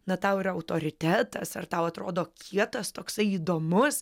na tau yra autoritetas ar tau atrodo kietas toksai įdomus